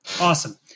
awesome